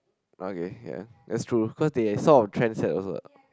okay can that's true cause they sort of trend set also